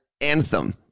anthem